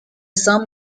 sum